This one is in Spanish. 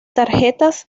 tarjetas